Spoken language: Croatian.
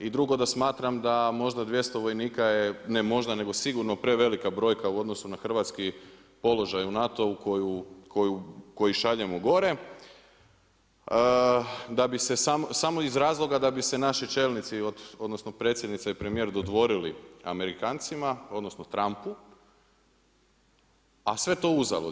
I drugo da smatram da možda 200 vojnika je, ne možda nego sigurno, prevelika brojka u odnosu na hrvatski položaj u NATO-u koji šaljemo gore, samo iz razloga da bi se naši čelnici odnosno predsjednica i premijer dodvorili Amerikancima odnosno Trumpu, a sve to uzalud.